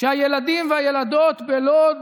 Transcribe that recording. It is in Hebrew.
שהילדים והילדות בלוד